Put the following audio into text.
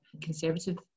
conservative